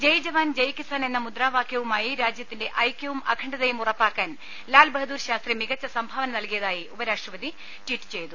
ജയ്ജവാൻ ജയ് കിസാൻ എന്ന മുദ്രാവാക്യവുമായി രാജ്യത്തിന്റെ ഐക്യവും അഖണ്ഡതയും ഉറപ്പാക്കാൻ ലാൽബഹദൂർ ശാസ്ത്രി മികച്ച സംഭാവന നൽകിയതായി ഉപരാഷ്ട്രപതി ട്വീറ്റ് ചെയ്തു